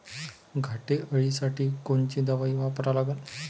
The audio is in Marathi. घाटे अळी साठी कोनची दवाई वापरा लागन?